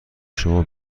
شما